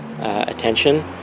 attention